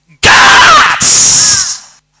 Gods